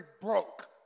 broke